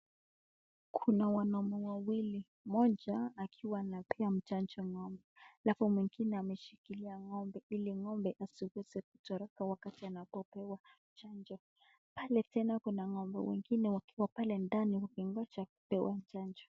Kuna wanume wawili, mmoja akiwa anapea mchanjo ng'ombe halafu mwengine ameshikilia ng'ombe ili ng'ombe asiweze kutoroka wakati anapopewa chanjo. Pale tena kuna ng'ombe wengine wakiwa pale ndani wakingoja kupewa chanjo.